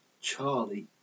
Charlie